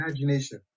imagination